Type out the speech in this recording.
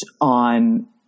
on